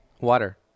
Water